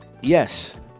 Yes